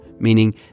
meaning